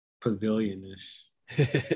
pavilion-ish